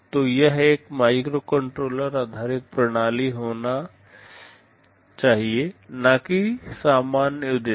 तो यह एक माइक्रोकंट्रोलर आधारित प्रणाली होना चाहिए न कि सामान्य उद्देशिये